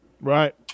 Right